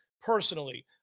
personally